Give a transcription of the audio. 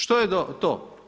Što je to?